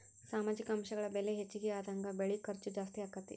ಸಾಮಾಜಿಕ ಅಂಶಗಳ ಬೆಲೆ ಹೆಚಗಿ ಆದಂಗ ಬೆಳಿ ಖರ್ಚು ಜಾಸ್ತಿ ಅಕ್ಕತಿ